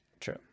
True